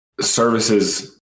services